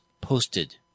posted